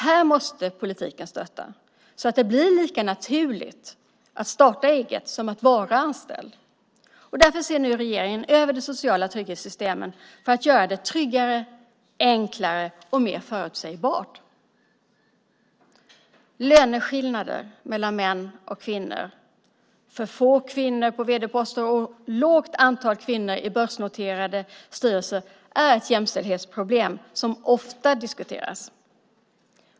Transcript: Här måste politiken stötta så att det blir lika naturligt att starta eget som att vara anställd. Därför ser nu regeringen över de sociala trygghetssystemen för att göra det tryggare, enklare och mer förutsägbart. Löneskillnader mellan män och kvinnor, för få kvinnor på vd-poster och lågt antal kvinnor i börsnoterade styrelser är ett jämställdhetsproblem som ofta diskuteras.